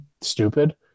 stupid